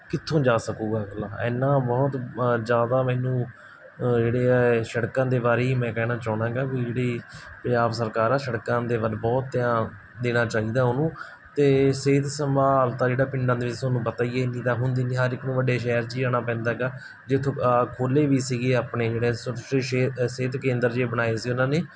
ਕਿੱਥੋਂ ਜਾ ਸਕੇਗਾ ਅਗਲਾ ਇੰਨਾ ਬਹੁਤ ਜ਼ਿਆਦਾ ਮੈਨੂੰ ਜਿਹੜੇ ਆ ਇਹ ਸੜਕਾਂ ਦੇ ਬਾਰੇ ਹੀ ਮੈਂ ਕਹਿਣਾ ਚਾਹੁੰਦਾ ਹੈਗਾ ਵੀ ਜਿਹੜੀ ਪੰਜਾਬ ਸਰਕਾਰ ਆ ਸੜਕਾਂ ਦੇ ਵੱਲ ਬਹੁਤ ਧਿਆਨ ਦੇਣਾ ਚਾਹੀਦਾ ਉਹਨੂੰ ਅਤੇ ਸਿਹਤ ਸੰਭਾਲ ਤਾਂ ਜਿਹੜਾ ਪਿੰਡਾਂ ਦੇ ਤੁਹਾਨੂੰ ਪਤਾ ਹੀ ਹੈ ਨਹੀਂ ਤਾਂ ਹੁੰਦੀ ਨਹੀਂ ਹਰ ਇੱਕ ਨੂੰ ਵੱਡੇ ਸ਼ਹਿਰ 'ਚ ਜਾਣਾ ਪੈਂਦਾ ਹੈਗਾ ਜਿੱਥੋਂ ਖੋਲ੍ਹੇ ਵੀ ਸੀਗੇ ਆਪਣੇ ਜਿਹੜੇ ਸਿਹਤ ਕੇਂਦਰ ਜਿਹੇ ਬਣਾਏ ਸੀ ਉਹਨਾਂ ਨੇ